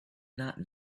not